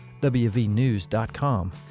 wvnews.com